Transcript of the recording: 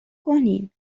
کنین